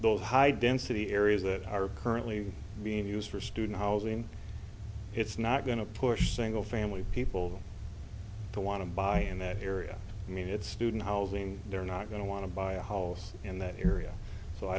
those high density areas that are currently being used for student housing it's not going to push single family people to want to buy in that area i mean it's student housing they're not going to want to buy a house in that area so i